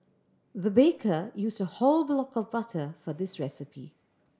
the baker used a whole block of butter for this recipe